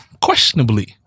questionably